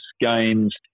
games